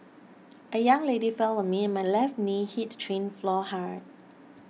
a young lady fell on me and my left knee hit train floor hard